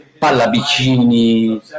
Pallavicini